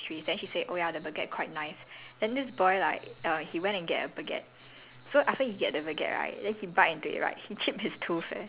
so she said like a lot of their pastries right is like french related pastries then she said oh ya the baguette quite nice then this boy like err he went and get a baguette